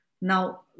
now